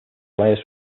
players